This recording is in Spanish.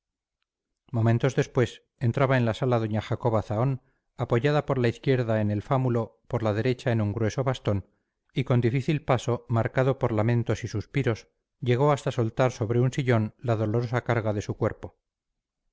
momentos después entraba en la sala doña jacoba zahón apoyada por la izquierda en el fámulo por la derecha en un grueso bastón y con difícil paso marcado por lamentos y suspiros llegó hasta soltar sobre un sillón la dolorosa carga de su cuerpo